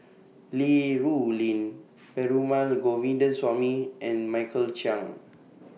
Li Rulin Perumal Govindaswamy and Michael Chiang